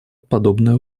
подобное